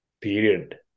period